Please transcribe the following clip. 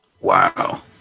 Wow